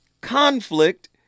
conflict